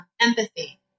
empathy